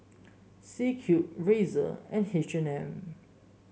C Cube Razer and H and M